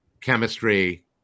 chemistry